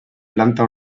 planta